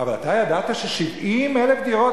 אבל אתה ידעת ש-70,000 דירות,